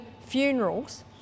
funerals